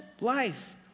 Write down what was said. life